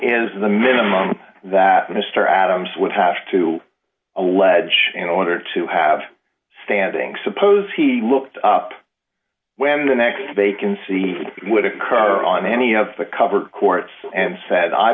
is the minimum that mr adams would have to allege in order to have standing suppose he looked up when the next vacancy would occur on any of the cover courts and said i